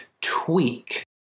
tweak